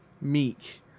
Meek